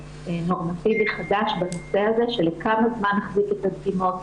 מהותי וחדש בנושא הזה של כמה זמן נחזיק את הדגימות,